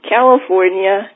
California